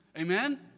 Amen